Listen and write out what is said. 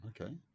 Okay